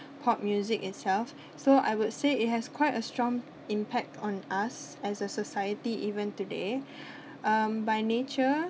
pop music itself so I would say it has quite a strong impact on us as a society even today um by nature